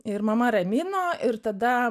ir mama ramino ir tada